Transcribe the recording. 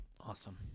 Awesome